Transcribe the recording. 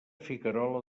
figuerola